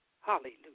Hallelujah